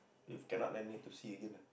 if cannot then need to see again ah